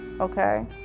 okay